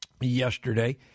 yesterday